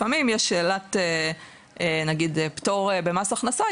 לפעמים יש שאלת פטור במס הכנסה,